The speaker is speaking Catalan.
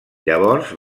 llavors